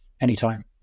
anytime